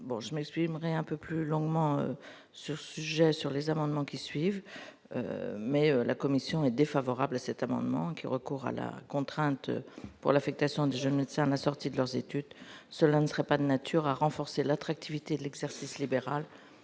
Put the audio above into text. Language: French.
je m'exprimerai un peu plus longuement sur ce gel sur les amendements qui suivent, mais la commission est défavorable à cet amendement qui recourt à la contrainte pour l'affectation de je ne tiens la sortie de leurs études, cela ne serait pas de nature à renforcer l'attractivité de l'exercice libéral